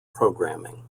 programming